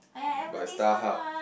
by StarHub